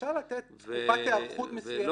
אפשר לתת תקופת היערכות מסוימת.